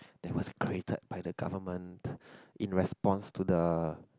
they must created by the government in response to the